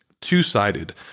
two-sided